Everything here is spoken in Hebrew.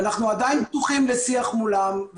ואנחנו עדיין פתוחים לשיח מולם.